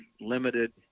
limited